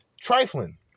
trifling